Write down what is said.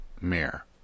mayor